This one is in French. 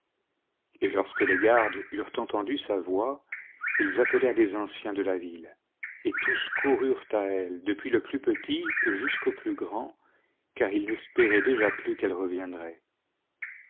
et lorsque les gardes eurent entendu sa voix ils appelèrent les anciens de la ville et tous coururent à elle depuis le plus petit jusqu'au plus grand car ils n'espéraient déjà plus qu'elle reviendrait